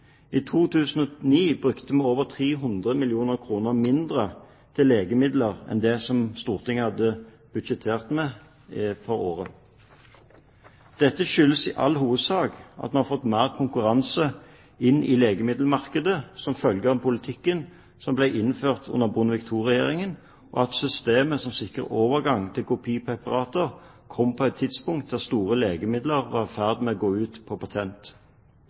I 2009 brukte vi over 300 mill. kr mindre til legemidler enn det Stortinget hadde budsjettert med for dette året. Dette skyldes i all hovedsak at vi har fått mer konkurranse inn i legemiddelmarkedet som følge av politikken som ble innført under Bondevik II-regjeringen, og at systemet som sikrer overgang til kopipreparater, kom på et tidspunkt da store legemidler var i ferd med å gå ut på patent.